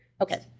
Okay